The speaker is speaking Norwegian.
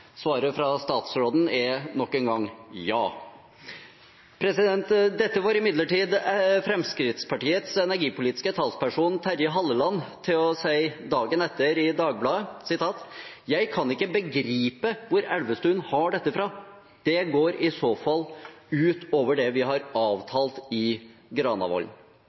Svaret fra statsråden er nok en gang: «Ja». Dette får imidlertid Fremskrittspartiets energipolitiske talsperson, Terje Halleland, til å si dagen etter i Dagbladet: «Jeg kan ikke begripe hvor Elvestuen har dette fra. Det går i så fall utover det vi har avtalt i Granavolden.»